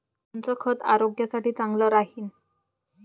कोनचं खत आरोग्यासाठी चांगलं राहीन?